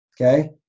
Okay